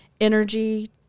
energy